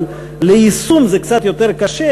אבל ליישום זה קצת יותר קשה,